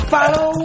Follow